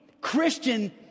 Christian